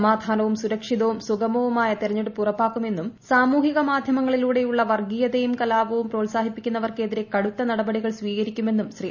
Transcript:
സമാധാനവും സുരക്ഷിതവും സുഗമവുമായ തെരഞ്ഞെടുപ്പ് ഉറപ്പാക്കുമെന്നും സാമൂഹിക മാധ്യമങ്ങളിലൂടെ വർഗ്ഗീയതയും കലാപവും പ്രോത്സാഹിപ്പിക്കുന്നവർക്കെതിരെ കടുത്ത നടപടികൾ സ്വീകരിക്കുമെന്നും ്യശീ